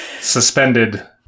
suspended